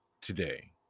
today